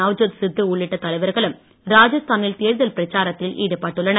நவ்ஜோத் சித்து உள்ளிட்ட தலைவர்களும் ராஜஸ்தானில் தேர்தல் பிரச்சாரத்தில் ஈடுபட்டுள்ளனர்